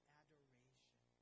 adoration